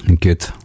Good